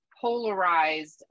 polarized